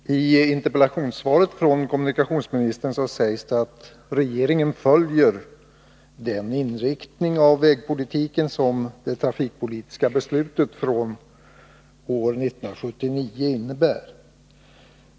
Herr talman! I interpellationssvaret från kommunikationsministern sägs att regeringen följer den inriktning av vägpolitiken som det trafikpolitiska beslutet från 1979 innebär.